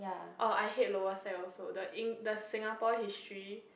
oh I hate lower sec also the ing~ the Singapore history